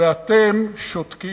ואתם שותקים.